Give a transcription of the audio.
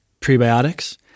prebiotics